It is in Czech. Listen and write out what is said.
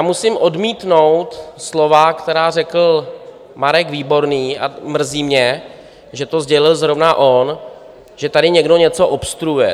Musím odmítnout slova, která řekl Marek Výborný a mrzí mě, že to sdělil zrovna on že tady někdo něco obstruuje.